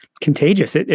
contagious